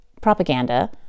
propaganda